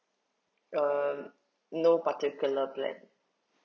um no particular brand